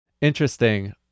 Interesting